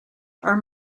are